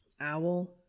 Owl